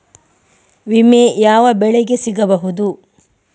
ವಿಮೆ ಯಾವ ಬೆಳೆಗೆ ಸಿಗಬಹುದು?